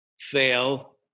fail